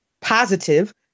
positive